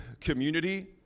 community